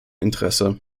interesse